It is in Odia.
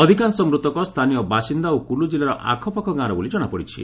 ଅଧିକାଂଶ ମୃତକ ସ୍ଥାନୀୟ ବାସିନ୍ଦା ଓ କୁଲୁ ଜିଲ୍ଲାର ଆଖପାଖ ଗାଁର ବୋଲି ଜଣାପଡ଼ିଛି